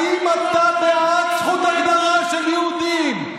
האם אתה בעד זכות ההגדרה של יהודים?